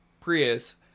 Prius